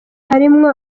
harimwo